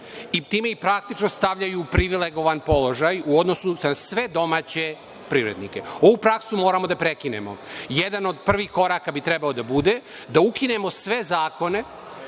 i time ih praktično stavljaju u privilegovan položaj u odnosu na sve domaće privrednike. Ovu praksu moramo da prekinemo. Jedan od prvih koraka bi trebao da bude da ukinemo sve zakone